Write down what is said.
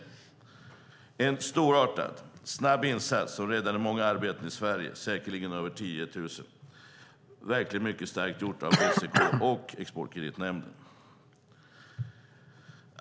Det var en storartad och snabb insats som räddade många arbeten i Sverige - säkerligen över 10 000. Det var verkligen mycket starkt gjort av SEK och Exportkreditnämnden.